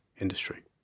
industry